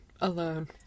alone